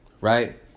Right